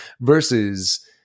Versus